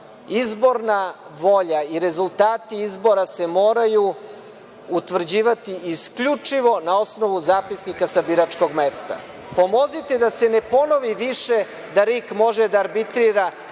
izborna volja i rezultati izbora se moraju utvrđivati isključivo na osnovu zapisnika sa biračkog mesta. Pomozite da se ne ponovi više da RIK može da arbitrira